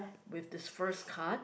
with the first card